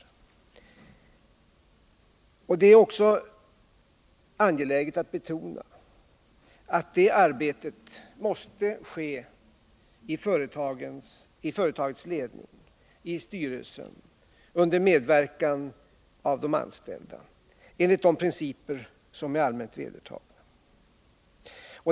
Det är också angeläget att betona att det arbetet måste ske i företagsledningen — i styrelsen under medverkan av de anställda enligt de principer som är allmänt vedertagna.